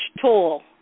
tool